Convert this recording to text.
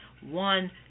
one